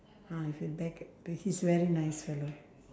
ah I feel take~ he's very nice fellow